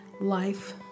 life